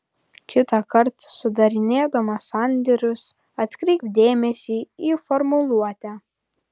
kitąkart sudarinėdamas sandėrius atkreipk dėmesį į formuluotę